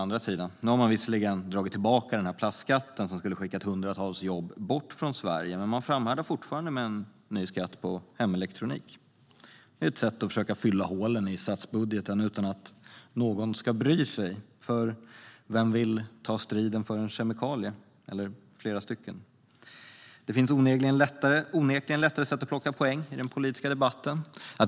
Nu har man visserligen dragit tillbaka plastskatten som skulle ha skickat hundratals jobb bort från Sverige, men man framhärdar med en ny skatt på hemelektronik. Det är ett sätt att försöka fylla hålen i statsbudgeten utan att någon ska bry sig. För vem vill ta striden för en kemikalie - eller flera stycken? Det finns onekligen lättare sätt att plocka poäng i den politiska debatten.